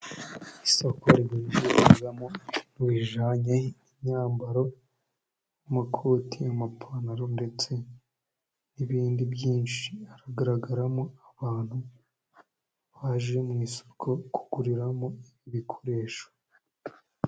Isoko rigurishirizwamo ibijyanye n'imyambaro, amakoti, amapantaro ndetse n'ibindi byinshi, hagaragaramo abantu haje mu isoko kuguriramo ibikoresho.